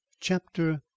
Chapter